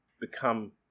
become